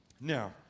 Now